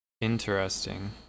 Interesting